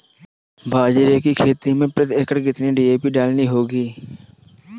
बाजरे की खेती में प्रति एकड़ कितनी डी.ए.पी डालनी होगी?